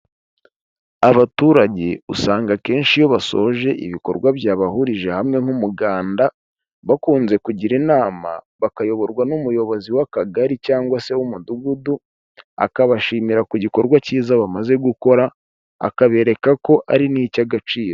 Abaturage usanga akenshi iyo basoje ibikorwa byabahurije hamwe nk'umuganda bakunze kugira inama bakayoborwa n'umuyobozi w'akagari cyangwa se w'umudugudu akabashimira ku gikorwa cyiza bamaze gukora akabereka ko ari n'icy'agaciro.